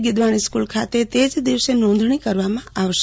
Gidwani school ખાતે તે જ દિવસે નોંધણી કરવામાં આવશે